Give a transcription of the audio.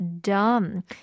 dumb